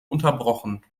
unterbrochen